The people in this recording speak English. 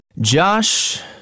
josh